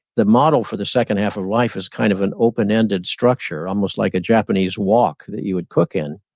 the model for the second half of life is kind of an open-ended structure almost like a japanese walk that you would cook in.